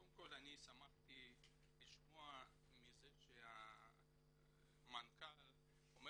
קודם כל שמחתי לשמוע מזה שהמנכ"ל אומר